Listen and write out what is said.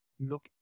look